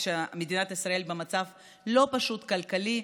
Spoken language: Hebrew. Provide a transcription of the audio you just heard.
כשמדינת ישראל במצב לא פשוט כלכלית,